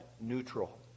neutral